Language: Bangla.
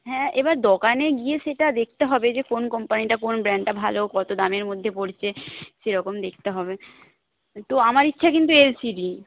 হ্যাঁ এবার দোকানে গিয়ে সেটা দেখতে হবে যে কোন কোম্পানিটা কোন ব্র্যান্ডটা ভাল কত দামের মধ্যে পড়ছে সেরকম দেখতে হবে তো আমার ইচ্ছা কিন্তু এলসিডি